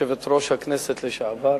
יושבת-ראש הכנסת לשעבר,